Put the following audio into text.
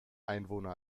einwohner